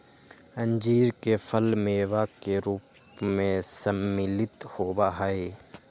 अंजीर के फल मेवा के रूप में सम्मिलित होबा हई